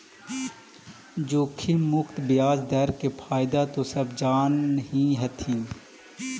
जोखिम मुक्त ब्याज दर के फयदा तो सब जान हीं हथिन